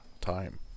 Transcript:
time